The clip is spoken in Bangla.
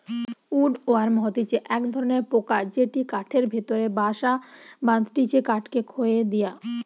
উড ওয়ার্ম হতিছে এক ধরণের পোকা যেটি কাঠের ভেতরে বাসা বাঁধটিছে কাঠকে খইয়ে দিয়া